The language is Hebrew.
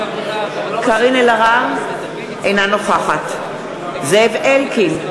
אינה נוכחת זאב אלקין,